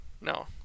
No